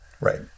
Right